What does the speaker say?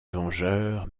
vengeurs